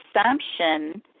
assumption